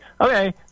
okay